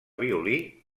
violí